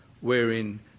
wherein